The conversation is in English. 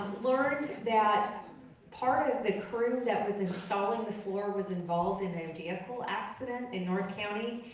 learned that part of the crew that was installing the floor was involved in a vehicle accident in north county,